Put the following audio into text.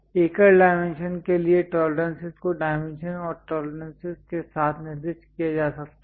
एकल डायमेंशन के लिए टॉलरेंसेस को डायमेंशन और टॉलरेंसेस के साथ निर्दिष्ट किया जा सकता है